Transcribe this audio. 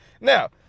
now